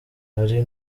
hari